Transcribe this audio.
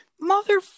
mother